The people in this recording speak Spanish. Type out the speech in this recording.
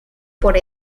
por